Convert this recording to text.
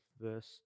verse